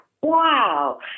wow